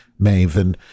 maven